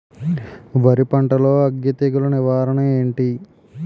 వరి పంటలో అగ్గి తెగులు నివారణ ఏంటి?